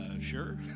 sure